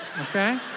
okay